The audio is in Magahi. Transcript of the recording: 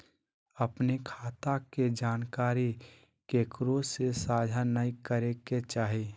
अपने खता के जानकारी केकरो से साझा नयय करे के चाही